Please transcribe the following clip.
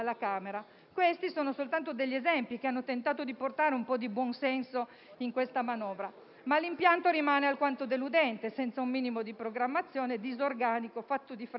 Questi sono soltanto degli esempi che hanno tentato di portare un po' di buon senso in questa manovra, ma l'impianto rimane alquanto deludente, privo di un minimo di programmazione e disorganico, fatto di fretta.